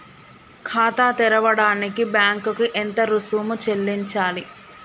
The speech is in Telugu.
ఖాతా తెరవడానికి బ్యాంక్ కి ఎంత రుసుము చెల్లించాలి?